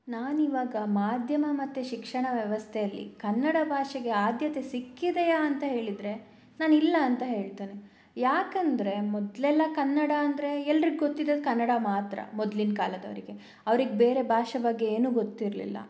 ನಾನಿವಾಗ ಮಾಧ್ಯಮ ಮತ್ತು ಶಿಕ್ಷಣ ವ್ಯವಸ್ಥೆಯಲ್ಲಿ ಕನ್ನಡ ಭಾಷೆಗೆ ಆದ್ಯತೆ ಸಿಕ್ಕಿದೆಯಾ ಅಂತ ಹೇಳಿದರೆ ನಾನು ಇಲ್ಲ ಅಂತ ಹೇಳ್ತೇನೆ ಯಾಕಂದರೆ ಮೊದಲೆಲ್ಲಾ ಕನ್ನಡ ಅಂದರೆ ಎಲ್ರಿಗೆ ಗೊತ್ತಿದ್ದದ್ದು ಕನ್ನಡ ಮಾತ್ರ ಮೊದ್ಲಿನ ಕಾಲದವರಿಗೆ ಅವ್ರಿಗೆ ಬೇರೆ ಭಾಷೆ ಬಗ್ಗೆ ಏನು ಗೊತ್ತಿರಲಿಲ್ಲ